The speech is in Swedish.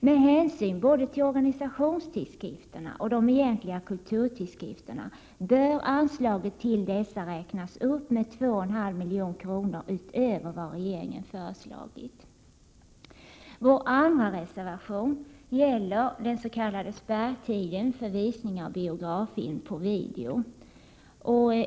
Med hänsyn både till organisationstidskrifterna och till de egentliga kulturtidskrifterna bör anslaget räknas upp med 2,5 milj.kr. utöver vad regeringen har föreslagit. Vår andra reservation gäller den s.k. spärrtiden för visning av biograffilm på video.